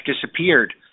disappeared